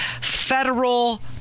federal